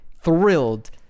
thrilled